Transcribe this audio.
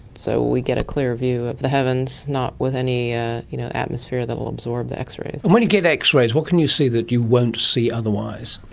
so we get a clear view of the heavens, not with any ah you know atmosphere that will absorb the x-rays. and when you get x-rays, what can you see that you won't see otherwise?